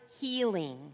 healing